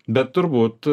bet turbūt